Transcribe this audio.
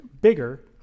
bigger